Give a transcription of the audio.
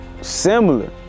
similar